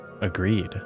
Agreed